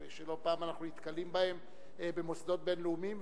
שלא פעם אנחנו נתקלים בהם במוסדות בין-לאומיים,